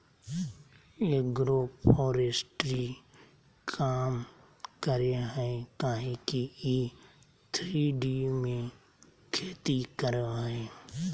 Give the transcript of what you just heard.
agroforestry काम करेय हइ काहे कि इ थ्री डी में खेती करेय हइ